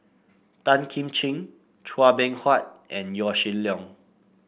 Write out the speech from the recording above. Tan Kim Ching Chua Beng Huat and Yaw Shin Leong